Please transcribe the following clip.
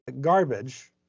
garbage